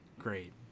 great